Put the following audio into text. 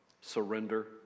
surrender